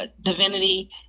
divinity